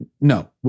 No